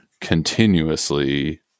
continuously